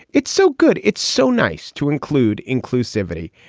it's so good. it's so nice to include inclusivity.